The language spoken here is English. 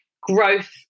growth